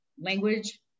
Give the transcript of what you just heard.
language